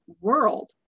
world